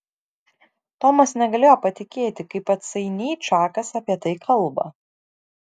tomas negalėjo patikėti kaip atsainiai čakas apie tai kalba